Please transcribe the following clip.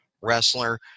wrestler